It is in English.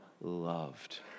loved